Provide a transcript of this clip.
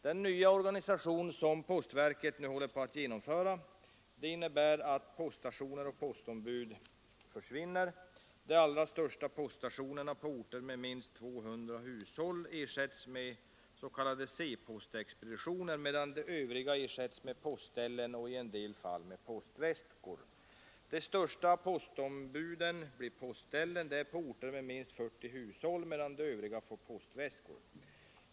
Den nya organisation som postverket nu håller på att genomföra innebär att poststationer och postombud försvinner. De allra största poststationerna på orter med minst 200 hushåll ersätts med s.k. C-postexpeditioner, medan de övriga ersätts med postställen och i en del fall med postväskor. De största postombuden blir postställen — det är på orter med minst 40 hushåll — medan de övriga får postväskor.